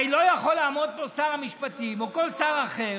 הרי לא יכול לעמוד פה שר המשפטים, או כל שר אחר,